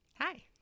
Hi